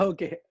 Okay